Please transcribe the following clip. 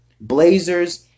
Blazers